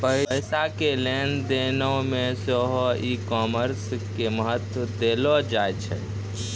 पैसा के लेन देनो मे सेहो ई कामर्स के महत्त्व देलो जाय छै